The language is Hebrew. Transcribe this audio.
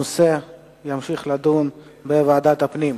הנושא ימשיך להידון בוועדת הפנים.